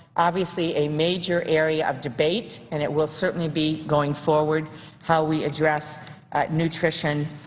obviously a major area of debate and it will certainly be going forward how we address nutrition,